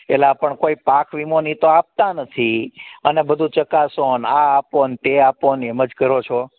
એલા પણ કોઈ પાક વિમોની તો આપતા નથી અને બધું ચકાસોને આ આપોન તે આપો ને એમ જ કરો છો